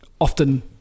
often